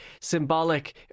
symbolic